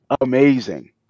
amazing